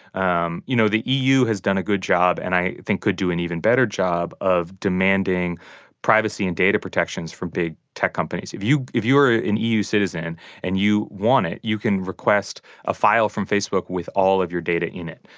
um you know, the eu has done a good job and i think could do an even better job of demanding privacy and data protections from big tech companies. if you if you're ah an eu citizen and you want it, you can request a file from facebook with all of your data in it,